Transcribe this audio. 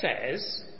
says